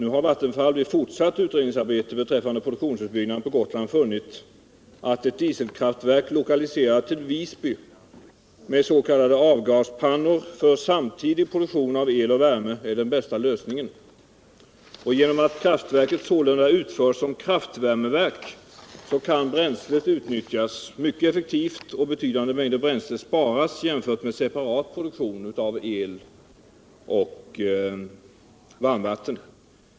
Nu har Vattenfall i fortsatt utredningsarbete beträffande produktionsutbyggnaden på Gotland funnit att ett dieselkraftverk lokaliserat till Visby med s.k. gaspannor för samtidig produktion av el och värme är den bästa lösningen. Genom att kraftverket sålunda utförs som kraftvärmeverk kan bränslet utnyttjas mycket effektivt och betydande mängder bränsle sparas jämfört med separat produktion av el och varmvatten.